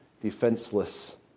defenseless